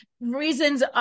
reasons